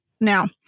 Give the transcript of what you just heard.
now